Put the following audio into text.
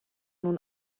nun